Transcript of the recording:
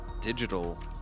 digital